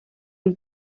him